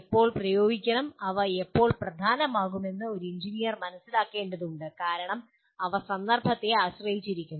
എപ്പോൾ പ്രയോഗിക്കണം അവ എപ്പോൾ പ്രധാനമാകുമെന്ന് ഒരു എഞ്ചിനീയർ മനസിലാക്കേണ്ടതുണ്ട് കാരണം അവ സന്ദർഭത്തെ ആശ്രയിച്ചിരിക്കുന്നു